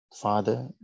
Father